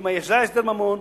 אם יש הסדר ממון,